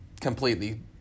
completely